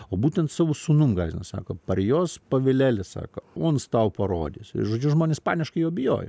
o būtent savo sūnum gąsdino sako parjos pavilelis sako uns tau parodys ir žodžiu žmonės paniškai jo bijojo